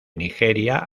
nigeria